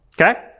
Okay